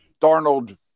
Darnold